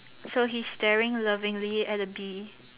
so he's staring lovingly at a bee